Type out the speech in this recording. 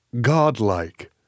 godlike